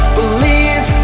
believe